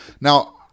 now